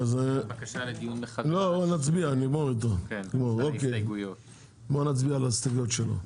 נצביע על ההסתייגויות שלו.